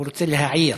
הוא רוצה להעיר.